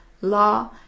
law